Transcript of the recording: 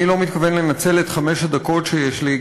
אני לא מתכוון לנצל את חמש הדקות שיש לי,